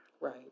Right